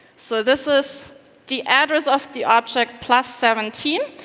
so this is the address of the object plus seventeen,